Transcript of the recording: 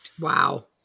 Wow